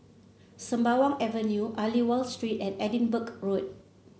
Sembawang Avenue Aliwal Street and Edinburgh Road